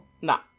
No